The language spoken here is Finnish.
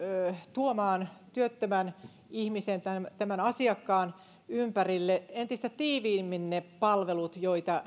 tuomaan työttömän ihmisen tämän asiakkaan ympärille entistä tiiviimmin ne palvelut joita